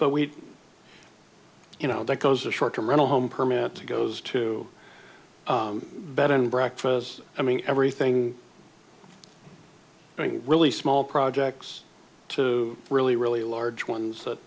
but we you know that goes a short term rental home permit to goes to bed and breakfast i mean everything i mean really small projects to really really large ones that